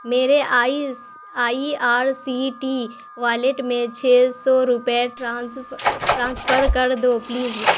میرے آئیس I R C T wallet میں چھ سو روپے ٹرانسفر کر دو پلیز